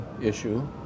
issue